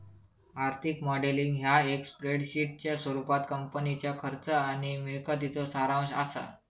आर्थिक मॉडेलिंग ह्या एक स्प्रेडशीटच्या स्वरूपात कंपनीच्या खर्च आणि मिळकतीचो सारांश असा